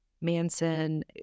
Manson